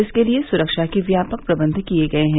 इसके लिए सुरक्षा के व्यापक प्रबंध किए गए हैं